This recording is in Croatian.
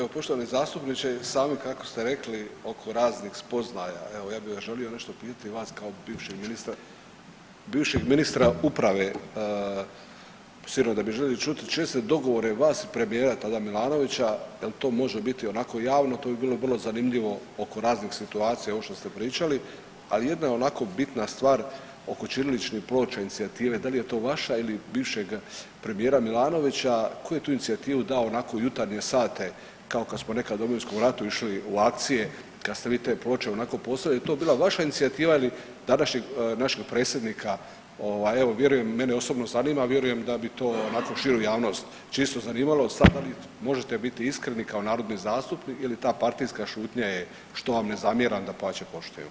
Evo poštovani zastupniče, sami kako ste rekli oko raznih spoznaja, evo ja bi vas želio nešto pitati vas kao bivšeg ministra, bivšeg ministra uprave, sigurno da bi želio čuti česte dogovore vas i premijera tada Milanovića jel to može biti onako javno to bi bilo vrlo zanimljivo oko raznih situacija ovo što ste pričali, ali jedna je onako bitna stvar oko ćiriličnih ploča i inicijative, da li je to vaša ili bivšeg premijera Milanovića, ko je tu inicijativu dao onako u jutarnje sate kao kad smo nekad u Domovinskom ratu išli u akcije kad ste vi te ploče onako postavili, jel to bila vaša inicijativa ili tadašnjeg našeg predsjednika ovaj evo vjerujem mene osobno zanima, a vjerujem da bi to onako širu javnost čisto zanimalo, sad da li možete biti iskreni kao narodni zastupnik ili ta partijska šutnja je što vam ne zamjeram dapače poštujem, hvala.